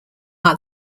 are